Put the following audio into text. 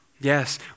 Yes